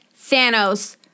Thanos